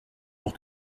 pour